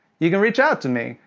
you can reach out to me.